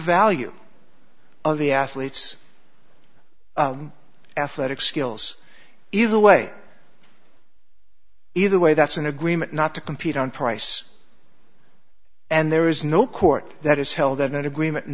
value of the athletes athletic skills either way either way that's an agreement not to compete on price and there is no court that is held in an agreement